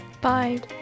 Bye